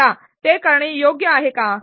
आता ते करणे योग्य आहे काय